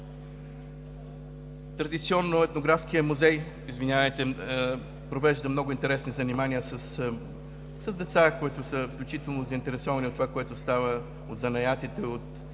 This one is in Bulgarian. Традиционно Етнографският музей провежда много интересни занимания с деца, които са заинтересовани от това, което става – от занаятите,